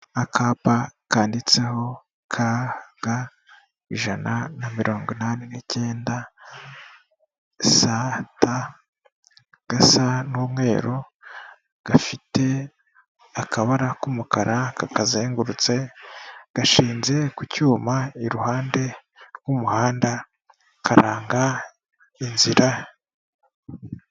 Akapa kanditseho ka ga ijana na mirongo inani n'icyenda sa ta gasa n'umweru, gafite akabara k'umukara kakazengurutse gashinze ku cyuma iruhande rw'umuhanda karanga inzira.